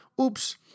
Oops